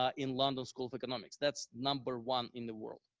ah in london school of economics. that's number one in the world.